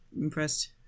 impressed